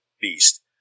beast